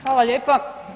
Hvala lijepa.